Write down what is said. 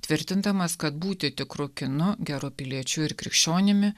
tvirtindamas kad būti tikru kinu geru piliečiu ir krikščionimi